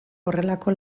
horrelako